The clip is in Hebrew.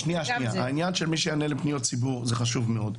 העניין שמישהו יענה לפניות הציבור זה חשוב מאוד,